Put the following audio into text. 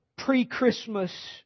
Pre-Christmas